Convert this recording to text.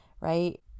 right